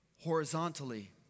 Horizontally